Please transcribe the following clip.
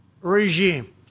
regime